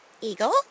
Eagle